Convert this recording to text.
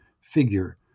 figure